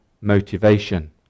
motivation